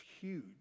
huge